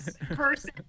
person